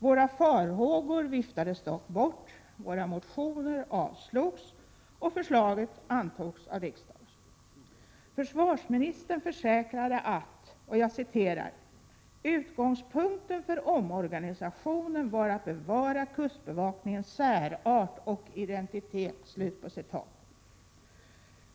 Våra farhågor viftades dock bort, våra motioner avslogs och förslaget antogs av riksdagen. Försvarsministern försäkrade att ”utgångspunkten för omorganisationen var att bevara kustbevakningens särart och identitet”.